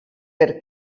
per